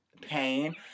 pain